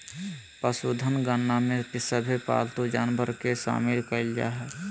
पशुधन गणना में सभे पालतू जानवर के शामिल कईल जा हइ